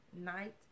night